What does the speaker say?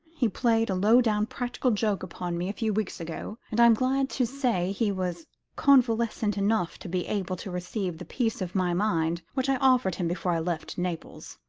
he played a low-down practical joke upon me a few weeks ago and i am glad to say he was convalescent enough to be able to receive the piece of my mind which i offered him before i left naples.